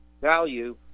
value